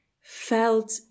felt